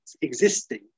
existing